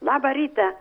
labą rytą